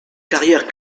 carrières